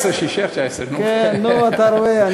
19, שיישאר 19. נו, אתה רואה?